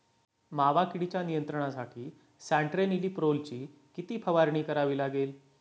मावा किडीच्या नियंत्रणासाठी स्यान्ट्रेनिलीप्रोलची किती फवारणी करावी लागेल?